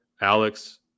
Alex